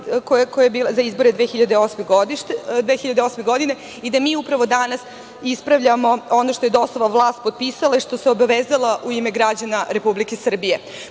kampanje za izbore 2008. godine i da mi upravo danas ispravljamo ono što je DOS-ova vlast potpisala, što se obavezala u ime građana Republike Srbije. Kada